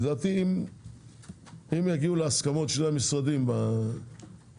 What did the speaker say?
לדעתי אם יגיעו להסכמות שני המשרדים בנושאים